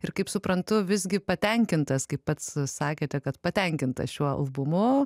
ir kaip suprantu visgi patenkintas kaip pats sakėte kad patenkintas šiuo albumu